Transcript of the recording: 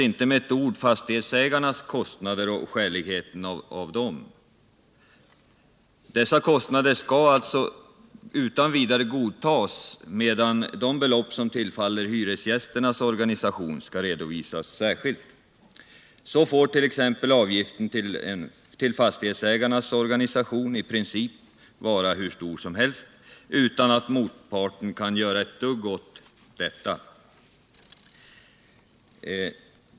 Inte med ett ord nämns fastighetsägarnas kostnader och skäligheten av dem. Dessa kostnader skall alltså utan vidare godtas, medan de belopp som tillfaller hyresgästernas organisation skall redovisas särskilt. Så får 1. ex. avgiften till fastighetsägarnas organisation i princip vara hur stor som helst. utan att motparten kan göra ett dugg åt detta.